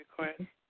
request